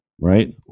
right